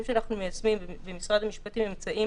שאנחנו מיישמים במשרד המשפטים הם אמצעים